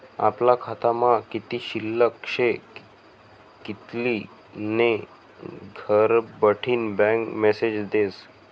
आपला खातामा कित्ली शिल्लक शे कित्ली नै घरबठीन बँक मेसेज देस